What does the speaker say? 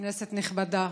כנסת נכבדה,